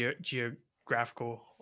geographical